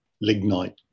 lignite